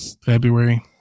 February